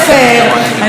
אני לא יודעת מה,